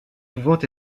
pouvant